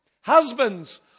husbands